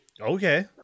Okay